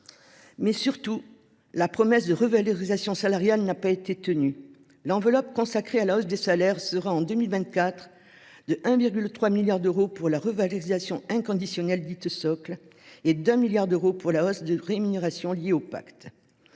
Surtout, la promesse de revalorisation salariale n’a pas été tenue. L’enveloppe consacrée à la hausse des salaires sera, en 2024, de 1,3 milliard d’euros pour la revalorisation inconditionnelle, dite socle, et de 1 milliard d’euros pour la hausse de rémunération liée au pacte